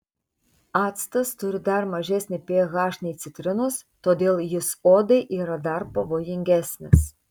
actas turi dar mažesnį ph nei citrinos todėl jis odai yra dar pavojingesnis